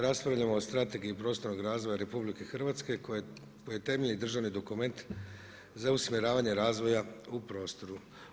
Raspravljamo o Strategiji prostornog razvoja RH koji je temeljni državni dokument za usmjeravanje razvoja u prostoru.